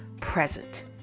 present